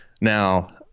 Now